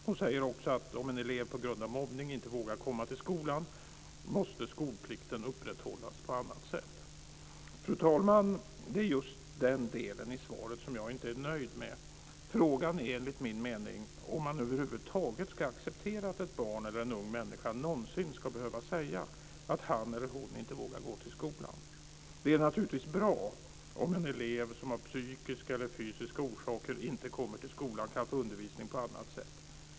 Hon säger också att om en elev på grund av mobbning inte vågar komma till skolan måste skolplikten upprätthållas på annat sätt. Fru talman! Det är just den delen i svaret som jag inte är nöjd med. Frågan är, enligt min mening, om man över huvud taget ska acceptera att ett barn eller en ung människa någonsin ska behöva säga att han eller hon inte vågar gå till skolan. Det är naturligtvis bra om en elev som av psykiska eller fysiska orsaker inte kommer till skolan kan få undervisning på annat sätt.